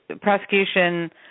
prosecution